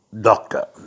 doctor